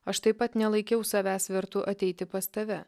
aš taip pat nelaikiau savęs vertu ateiti pas tave